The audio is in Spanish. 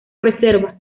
reserva